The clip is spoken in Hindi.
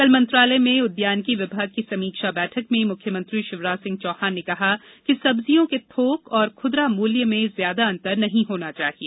कल मंत्रालय में उद्यानिकी विभाग की समीक्षा बैठक में मुख्यमंत्री शिवराज सिंह चौहान ने कहा कि सब्जियों के थोक व खुदरा मूल्य में ज्यादा अंतर नहीं होना चाहिए